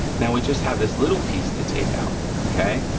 now we just have this little piece to take out, okay?